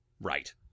Right